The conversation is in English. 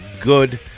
good